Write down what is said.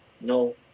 no